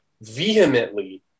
vehemently